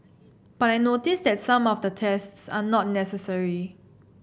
but I notice that some of the tests are not necessary